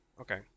Okay